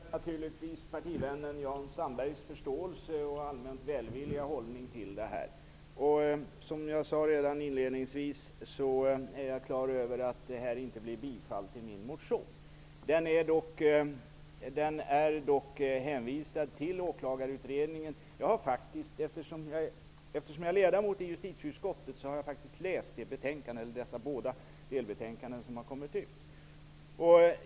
Herr talman! Jag uppskattar naturligtvis partivännen Jan Sandbergs förståelse och allmänt välvilliga hållning i frågan. Som jag redan inledningsvis sade är jag klar över att min motion inte kommer att bifallas. Den är dock hänvisad till Åklagarutredningen. Eftersom jag är ledamot i justitieutskottet har jag faktiskt läst de båda delbetänkanden som har presenterats.